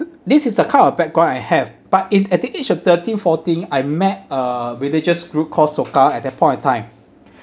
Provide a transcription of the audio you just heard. this is the kind of background I have but it at the age of thirteen fourteen I met a religious group called Soka at that point of time